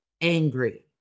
angry